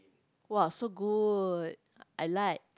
!wah! so good I like